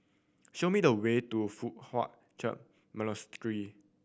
show me the way to Foo Hai Ch'an Monastery